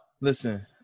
Listen